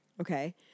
Okay